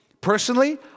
personally